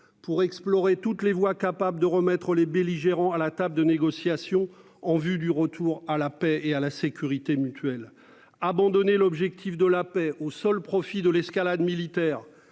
pour explorer toutes les voies capables de remettre les belligérants à la table de négociations en vue du retour à la paix et à la sécurité mutuelle abandonner l'objectif de la paix au seul profit de l'escalade militaire,